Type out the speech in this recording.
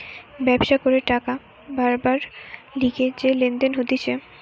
ব্যবসা করে টাকা বারবার লিগে যে লেনদেন হতিছে